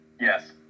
Yes